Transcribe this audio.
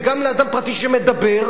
וגם לאדם פרטי שמדבר,